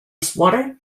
swatter